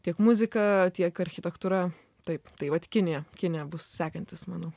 tiek muzika tiek architektūra taip tai vat kinija kinija bus sekantis manau